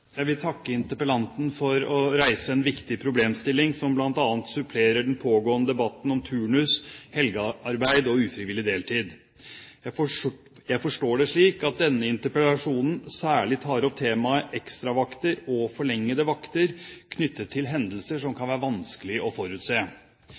Jeg vil takke interpellanten for å reise en viktig problemstilling som bl.a. supplerer den pågående debatt om turnus, helgearbeid og ufrivillig deltid. Jeg forstår det slik at denne interpellasjonen særlig tar opp temaet ekstravakter og forlengede vakter knyttet til hendelser som kan